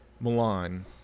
milan